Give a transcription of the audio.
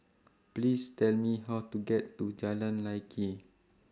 Please Tell Me How to get to Jalan Lye Kwee